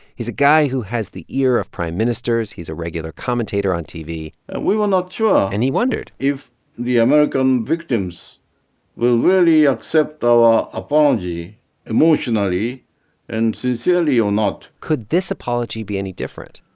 he's a guy who has the ear of prime ministers. he's a regular commentator on tv we were not sure. and he wondered. if the american victims will really accept our apology emotionally and sincerely or not could this apology be any different?